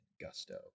gusto